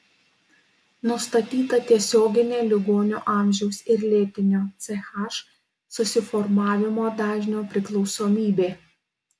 nustatyta tiesioginė ligonio amžiaus ir lėtinio ch susiformavimo dažnio priklausomybė